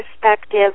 perspective